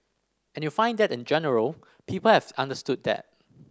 and you find that in general people have understood that